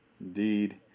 Indeed